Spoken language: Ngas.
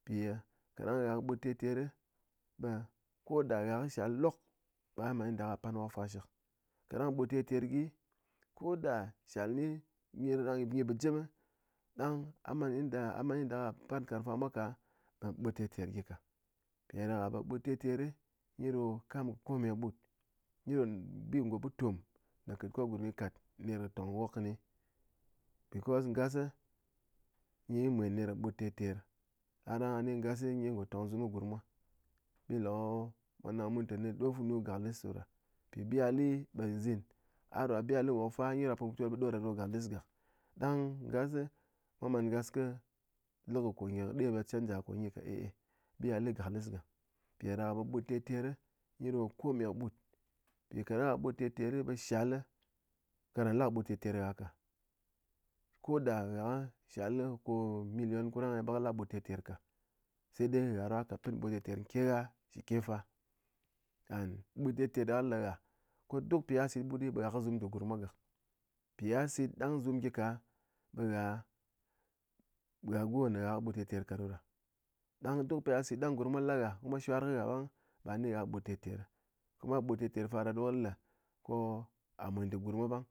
mpiye kaɗand gha kɨ ɓut terter ɓe koda gha kɨ shall lok ɓe gha man yanda gha pan wok fa shɨk káɗang ɓut terter gyi ɓe koda shall nyi nyɨ gyi bɨgyém ɗang a man yada a pan nkárng fa mwa ka, ɓe ɓut terter gyi ka mpi ɗáɗaka ɓe ɓut terter nyi ɗo kam kɨ kome kɨ ɓut nyi ɗo bi ngo ɓutom ne kɨt ko gurm nyi kat ner kɨ tong wok kɨni, because ngas nyi mwen ner ɓut terter ahɗang ah ni ngas nyi ngo tóng zum gurm mwa bi le ko mwa nang mun tɨné ɗo funu gaklɨs ɗoɗa mpi bi gha le ɓe nzin a ɗo bi gha lé wok fa ɗo gha put butol ɓe ɗoɗa ɗo gaklis gak, ɗang ngas mwa man ngas kɨ lɨ kɨ konyi ɗér be chanja konyi ka eh eh bi ye gha le gaklɨs gak mpiɗáɗaka ɓe ɓut terter nyi ɗo kome kɨ ɓut mpi kadang gha ɓut terter ɓe shall ka ra la kɨ ɓut terter gha ka koda gha shall million korang eh ɓe kɨ la ɓut terter ka saidai gha ɗo gha kat pɨn ɓut terter ke gha shé ke fa and ɓut terter da kɨ le gha ko duk, pi gha sit ɓut ɓe gha zum dé gurm mwa gak, mpi ya sit ɗang zum gyi ka ɓe gha go na nyi ɓut terter ka ɗoɗa ɗang duk pi gha sit ɗang gurm mwa la gha ko mwa shwar ghá ɓang ɓa ni ghá kɨ ɓut terter, kuma ɓut terter fa ɗa ɗokɨ le ko a mwen dɨ gurm mwa ɓang.